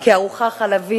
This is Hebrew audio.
כי ארוחה חלבית,